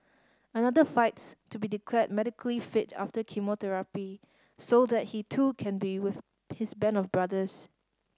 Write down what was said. another fights to be declared medically fit after chemotherapy so that he too can be with his band of brothers